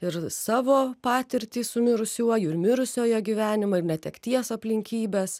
ir savo patirtį su mirusiuoju ir mirusiojo gyvenimą ir netekties aplinkybes